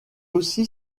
aussi